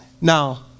Now